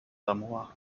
samoa